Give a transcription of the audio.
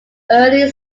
early